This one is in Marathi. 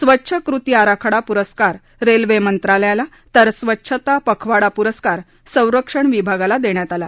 स्वच्छ कृती आराखडा प्रस्कार रेल्वे मंत्रालयाला तर स्वच्छता पखवाडा पुरस्कार संरक्षण विभागाला देण्याल आला